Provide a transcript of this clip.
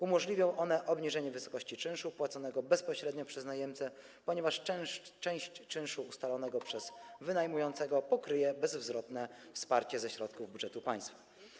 Umożliwią one obniżenie wysokości czynszu płaconego bezpośrednio przez najemcę, ponieważ część czynszu ustalonego przez wynajmującego pokryje bezzwrotne wsparcie ze środków budżetu państwa.